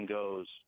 goes